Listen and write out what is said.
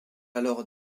alors